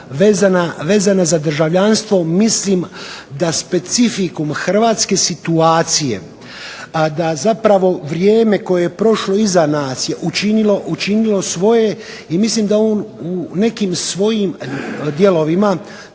vezana za državljanstvo mislim da specificum hrvatske situacije, da zapravo vrijeme koje je prošlo iza nas je učinilo svoje i mislim da on u nekim svojim dijelovima,